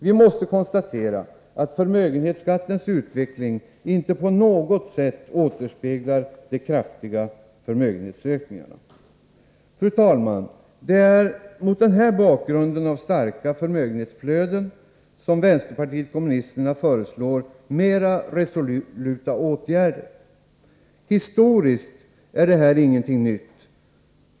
Vi måste konstatera att förmögenhetsskattens utveckling inte på något sätt återspeglar de kraftiga förmögenhetsökningarna. Fru talman! Det är mot den här bakgrunden av starka förmögenhetsflöden som vänsterpartiet kommunisterna föreslår mer resoluta åtgärder. Historiskt är detta inget nytt.